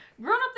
Grown-up